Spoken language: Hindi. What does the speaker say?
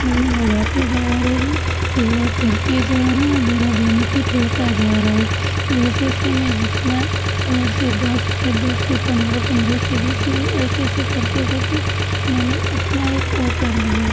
मैंने लगाते जा रहे हैं सेवा करते जा रहे हैं मेरा बेनीफ़िट होता जा रहा है तो ऐसे ऐसे मैं जितना चार से दस से दस से पन्द्रह पन्द्रह से बीस मैंने ऐसे ऐसे करते करते मैंने अपना एक ओ कर लिए